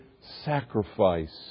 sacrifice